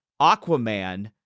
Aquaman